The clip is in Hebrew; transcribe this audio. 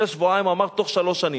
אחרי שבועיים אמר: תוך שלוש שנים.